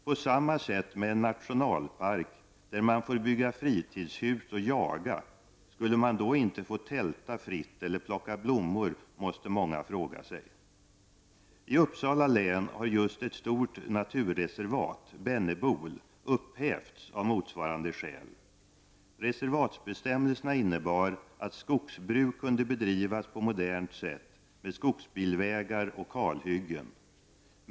På samma sätt är det med en nationalpark där man får bygga fritidshus och jaga. Skulle man då inte få tälta fritt eller plocka blommor? måste många fråga sig. I Uppsala län har just ett stort naturreservat, Bennebol, upphävts av motsvarande skäl. Reservatsbestämmelserna innebar att skogsbruk kunde bedrivas på modernt sätt med skogsbilvägar och kalhyggen.